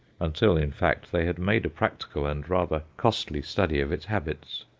until, in fact, they had made a practical and rather costly study of its habits.